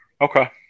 Okay